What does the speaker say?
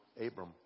Abram